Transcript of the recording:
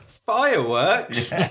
fireworks